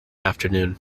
afternoon